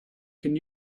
can